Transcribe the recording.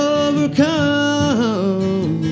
overcome